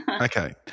Okay